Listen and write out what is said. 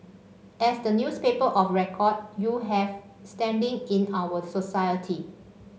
as the newspaper of record you have standing in our society